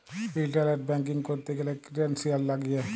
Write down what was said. internet banking ক্যরতে গ্যালে credentials লাগিয়ে